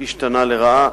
השתנה לרעה,